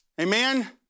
amen